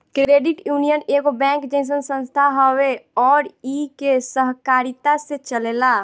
credit union एगो bank जइसन संस्था हवे अउर इ के सहकारिता से चलेला